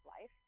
life